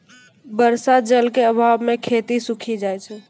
बर्षा जल क आभाव म खेती सूखी जाय छै